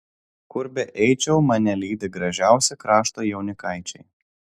kur beeičiau mane lydi gražiausi krašto jaunikaičiai